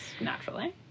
naturally